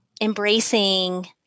embracing